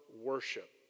worship